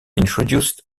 introduced